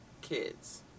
kids